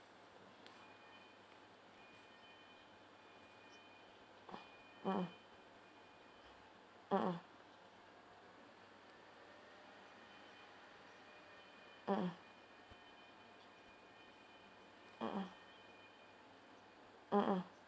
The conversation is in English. mmhmm mmhmm mmhmm mmhmm mmhmm